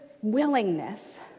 willingness